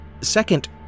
Second